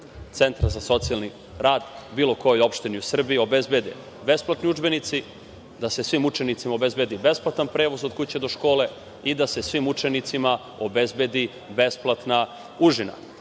Centra za socijalni rad, u bilo kojoj opštini u Srbiji, obezbede besplatni udžbenici, da se svim učenicima obezbedi besplatan prevoz od kuće do škole i da se svim učenicima obezbedi besplatna